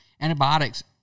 antibiotics